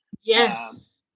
Yes